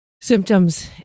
symptoms